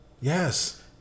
Yes